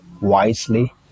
wisely